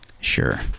Sure